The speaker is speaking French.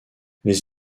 les